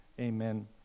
Amen